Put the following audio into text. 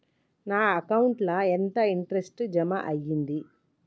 నా అకౌంట్ ల ఎంత ఇంట్రెస్ట్ జమ అయ్యింది?